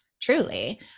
Truly